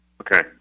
Okay